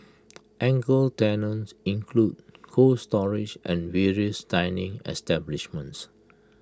anchor tenants include cold storage and various dining establishments